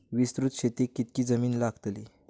विस्तृत शेतीक कितकी जमीन लागतली?